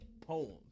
poems